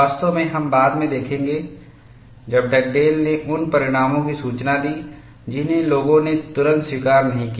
वास्तव में हम बाद में देखेंगे जब डगडेल ने उन परिणामों की सूचना दी जिन्हें लोगों ने तुरंत स्वीकार नहीं किया